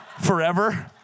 forever